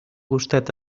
gustet